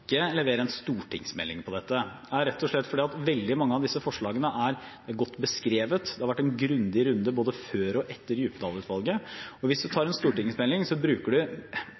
levere en stortingsmelding på dette, er rett og slett fordi mange av disse forslagene er godt beskrevet, det har vært en grundig runde både før og etter Djupedal-utvalget. Og hvis man går for en stortingsmelding, bruker